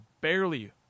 barely